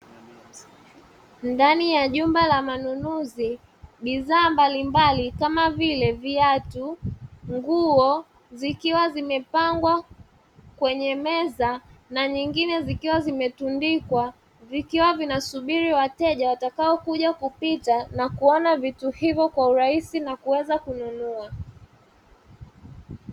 Ndani ya jumba la manunuzi bidhaa mbalimbali kama vile: viatu, nguo, zikiwa zimepangwa kwenye meza na nyingine zikiwa zimetundikwa zikiwa zinasubiri wateja watakao kuja kupita na kuona vitu hivyo vya urahisi na kuweza kununua.